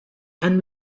and